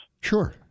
Sure